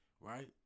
right